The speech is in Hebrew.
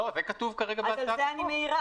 על זה אני מעירה,